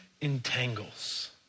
entangles